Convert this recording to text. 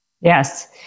Yes